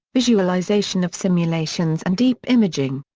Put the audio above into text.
visualization of simulations and deep imaging.